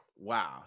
Wow